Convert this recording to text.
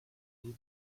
knew